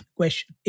question